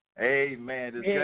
Amen